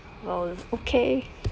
oh okay